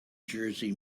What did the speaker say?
jersey